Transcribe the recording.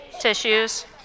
Tissues